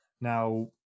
Now